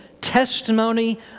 testimony